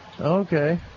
Okay